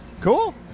Cool